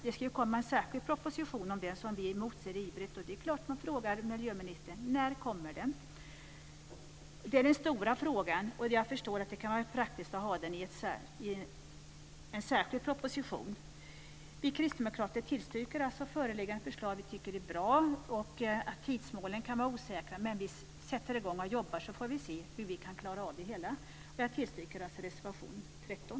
Det skulle komma en särskild proposition om det, som vi motser ivrigt. Det är klart att man vill fråga miljöministern: När kommer den? Det är den stora frågan, men jag förstår att det kan vara praktiskt att ha detta i en särskild proposition. Vi kristdemokrater tillstyrker föreliggande förslag. Vi tycker att det är bra. Tidsmålen kan vara osäkra, men vi sätter i gång och jobbar så får vi se hur vi kan klara av det hela. Jag tillstyrker alltså reservation 13.